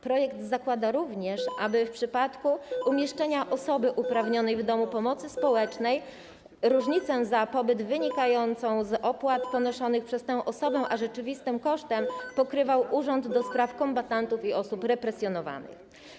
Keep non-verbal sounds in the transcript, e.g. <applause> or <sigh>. Projekt zakłada również, <noise> że w przypadku umieszczenia osoby uprawnionej w domu pomocy społecznej różnicę między opłatami za pobyt ponoszonymi przez tę osobę a rzeczywistym kosztem pokrywał Urząd do Spraw Kombatantów i Osób Represjonowanych.